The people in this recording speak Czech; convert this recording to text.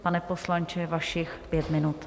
Pane poslanče, vašich pět minut.